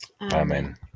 amen